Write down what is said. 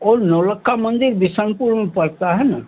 वो नौ लख्खा मंदिर बिसनपुर में पड़ता है न